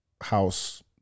house